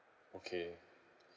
okay